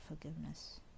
forgiveness